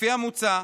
לפי המוצע,